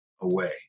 away